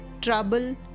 trouble